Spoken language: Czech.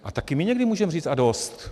A také my někdy můžeme říct a dost!